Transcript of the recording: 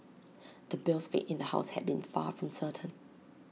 the bill's fate in the house had been far from certain